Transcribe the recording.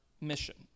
mission